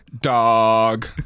dog